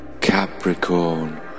Capricorn